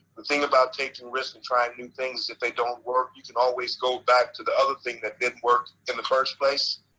the thing about taking risk and trying new things, if they don't work you can always go back to the other thing that did work in the first place.